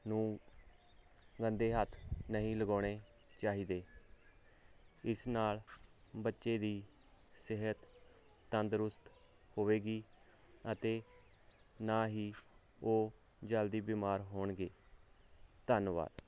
ਨੂੰ ਗੰਦੇ ਹੱਥ ਨਹੀਂ ਲਗਾਉਣੇ ਚਾਹੀਦੇ ਇਸ ਨਾਲ ਬੱਚੇ ਦੀ ਸਿਹਤ ਤੰਦਰੁਸਤ ਹੋਵੇਗੀ ਅਤੇ ਨਾ ਹੀ ਉਹ ਜਲਦੀ ਬਿਮਾਰ ਹੋਣਗੇ ਧੰਨਵਾਦ